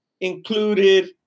included